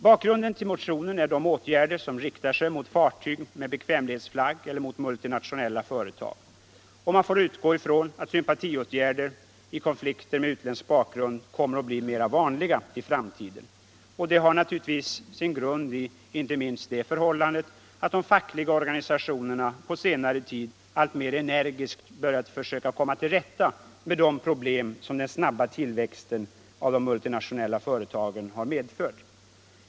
Bakgrunden till motionen är åtgärder som riktar sig mot fartyg med bekvämlighetsflagg eller mot multinationella företag. Det får antas att sympatiåtgärder i konflikter med utländsk bakgrund kommer att bli mera vanliga i framtiden. Detta har sin grund inte minst i det förhållandet att de fackliga organisationerna på senare tid alltmera energiskt börjat försöka komma till rätta med de problem som den snabba tillväxten av multinationella företag har medfört.